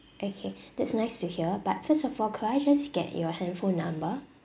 okay that's nice to hear but first of all could I just get your handphone number